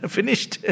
Finished